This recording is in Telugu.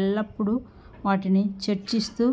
ఎల్లప్పుడూ వాటిని చర్చిస్తూ